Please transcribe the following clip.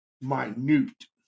minute